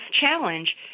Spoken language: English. challenge